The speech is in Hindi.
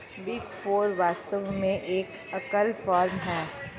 बिग फोर वास्तव में एक एकल फर्म है